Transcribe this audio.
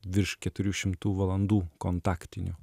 virš keturių šimtų valandų kontaktinio